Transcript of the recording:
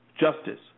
justice